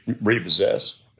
repossessed